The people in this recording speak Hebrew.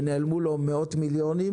ונעלמו לו מאות מיליוני